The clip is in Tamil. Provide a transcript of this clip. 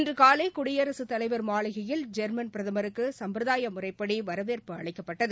இன்று காலை குடியரகத்தலைவர் மாளிகையில் ஜெர்மன் பிரதமருக்கு சும்பிரதாய முறைப்படி வரவேற்பு அளிக்கப்பட்டது